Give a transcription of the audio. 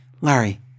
Larry